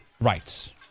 rights